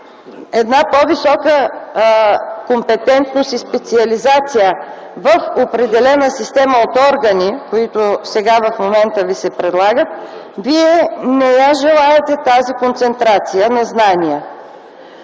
една по-висока компетентност и специализация в определена система от органи, които сега в момента ви се предлагат, вие не я желаете тази концентрация на знания.